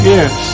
Yes